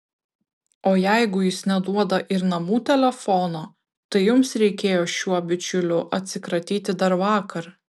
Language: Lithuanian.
o jeigu jis neduoda ir namų telefono tai jums reikėjo šiuo bičiuliu atsikratyti dar vakar